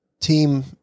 team